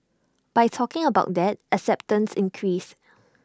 by talking about that acceptance increased